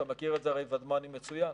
אתה הרי מכיר את זה, ודמני, מצוין.